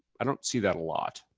i don't see that a lot.